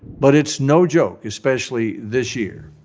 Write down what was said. but it's no joke, especially this year.